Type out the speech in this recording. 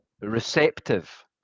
receptive